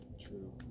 true